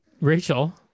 Rachel